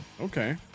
Okay